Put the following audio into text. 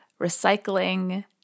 Recycling